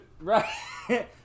Right